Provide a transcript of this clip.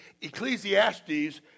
Ecclesiastes